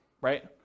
right